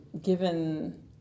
given